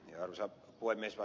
arvoisa puhemies